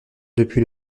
depuis